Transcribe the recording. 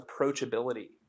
approachability